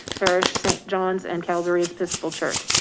parish st. john's and calvary episcopal church.